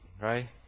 right